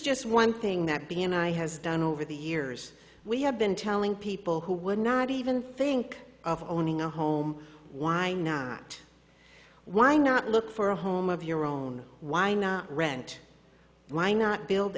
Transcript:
just one thing that b and i has done over the years we have been telling people who would not even think of owning a home why not why not look for a home of your own why not rent why not build